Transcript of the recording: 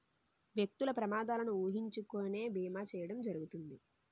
వ్యక్తులు ప్రమాదాలను ఊహించుకొని బీమా చేయడం జరుగుతుంది